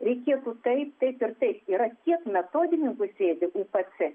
reikėtų taip taip ir taip yra tie metodininkų sėdi upc